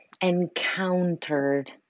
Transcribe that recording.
encountered